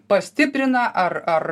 pastiprina ar ar